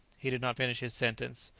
he did not finish his sentence,